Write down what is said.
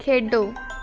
ਖੇਡੋ